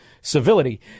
civility